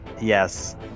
Yes